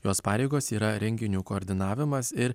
jos pareigos yra renginių koordinavimas ir